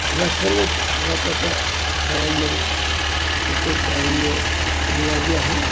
या सर्वच महत्त्वाच्या खेळांमध्ये त्याचं प्राविण्य अनिवार्य आहे